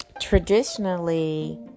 traditionally